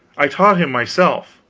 i taught him myself.